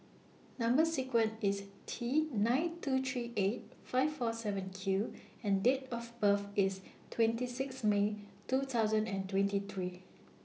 Number sequence IS T nine two three eight five four seven Q and Date of birth IS twenty six May two thousand and twenty three